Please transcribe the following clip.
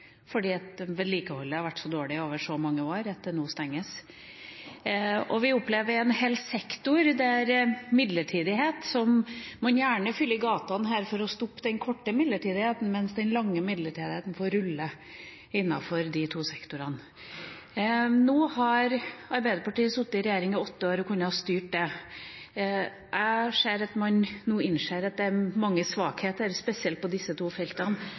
fordi vedlikeholdet har vært så dårlig over så mange år. Vi opplever en hel sektor med midlertidighet, og man fyller gjerne gatene her for å stoppe den korte midlertidigheten, mens den lange midlertidigheten får rulle innenfor de to sektorene. Nå satt Arbeiderpartiet i regjering i åtte år og kunne ha styrt det. Jeg ser at man nå innser at det er mange svakheter spesielt på disse to feltene.